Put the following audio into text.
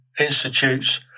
Institute's